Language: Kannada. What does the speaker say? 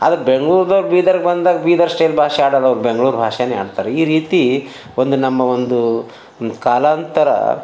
ಆದರೆ ಬೆಂಗ್ಳೂರ್ದವ್ರು ಬೀದರ್ಗ್ ಬಂದಾಗ ಬೀದರ್ ಸ್ಟೈಲ್ ಭಾಷೆ ಆಡಲ್ಲ ಅವ್ರು ಬೆಂಗ್ಳೂರು ಭಾಷೆ ಆಡ್ತಾರೆ ಈ ರೀತಿ ಒಂದು ನಮ್ಮ ಒಂದು ಕಾಲಾಂತರ